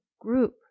group